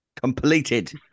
Completed